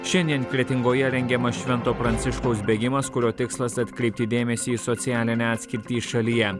šiandien kretingoje rengiamas švento pranciškaus bėgimas kurio tikslas atkreipti dėmesį į socialinę atskirtį šalyje